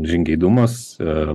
žingeidumas ir